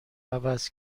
عوض